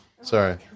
Sorry